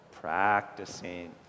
Practicing